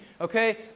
okay